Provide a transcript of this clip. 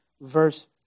verse